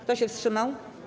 Kto się wstrzymał?